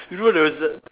you know there was the